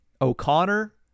O'Connor